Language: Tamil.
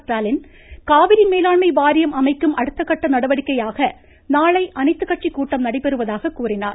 ஸ்டாலின் காவிரி மேலாண்மை வாரியம் அமைக்கும் அடுத்த கட்ட நடவடிக்கையாக நாளை அனைத்து கட்சி கூட்டம் நடைபெறுவதாக கூறினார்